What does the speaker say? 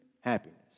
happiness